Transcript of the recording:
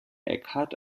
eckhart